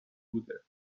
بوده